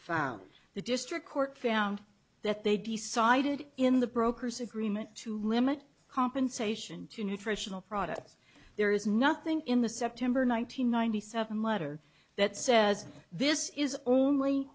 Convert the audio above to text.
found the district court found that they decided in the broker's agreement to limit compensation to nutritional products there is nothing in the september one nine hundred ninety seven letter that says this is only